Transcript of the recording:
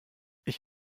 ich